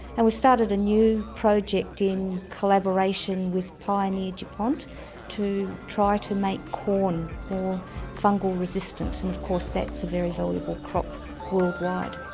and we started a new project in collaboration with pioneer dupont to try to make corn more fungal resistant, and of course that's a very valuable crop worldwide.